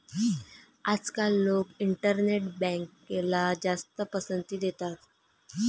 आजकाल लोक इंटरनेट बँकला जास्त पसंती देतात